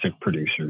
producers